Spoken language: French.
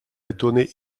étonné